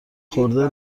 خورده